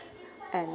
and